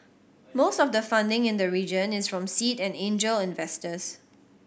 most of the funding in the region is from seed and angel investors